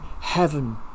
heaven